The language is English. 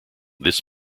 this